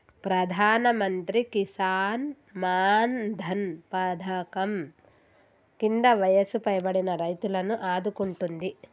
ప్రధానమంత్రి కిసాన్ మాన్ ధన్ పధకం కింద వయసు పైబడిన రైతులను ఆదుకుంటుంది